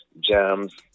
Jams